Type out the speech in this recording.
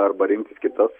arba rinktis kitas